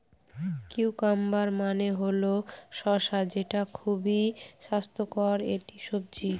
cucumber মানে হল শসা যেটা খুবই স্বাস্থ্যকর একটি সবজি